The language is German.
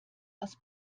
aus